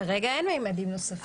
כרגע אין עוד ממדים נוספים.